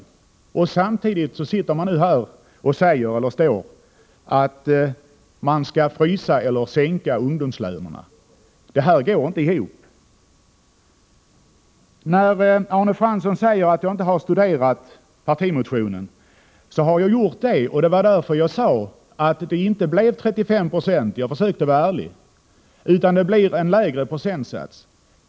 Nu står företrädare för samma parti här och talar om att frysa eller sänka ungdomslönerna. Det går inte ihop. Arne Fransson säger att jag inte har studerat centerns partimotion. Jo, det har jag gjort. Det var därför jag sade att det inte blev 35 20 — jag försökte vara ärlig — utan att det blir en lägre procentsats.